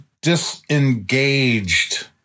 disengaged